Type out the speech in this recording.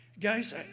Guys